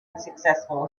unsuccessful